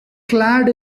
clad